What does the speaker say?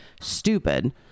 stupid